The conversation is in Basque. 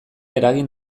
eragin